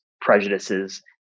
prejudices